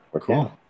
cool